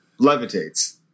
levitates